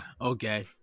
Okay